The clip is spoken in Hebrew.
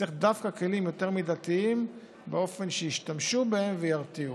צריך דווקא כלים יותר מידתיים באופן שישתמשו בהם וירתיעו.